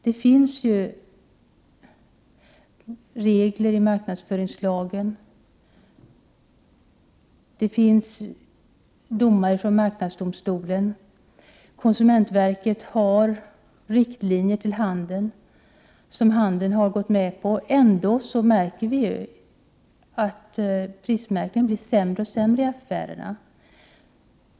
Det finns regler i marknadsföringslagen, det finns domar från marknadsdomstolen, och konsumentverket har utfärdat riktlinjer till handeln som handeln har gått med på. Ändå märker vi att prismärkningen blir sämre och sämre i affärerna.